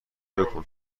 بـکـن